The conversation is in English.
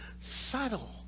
subtle